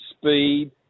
speed